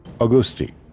Augusti